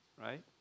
right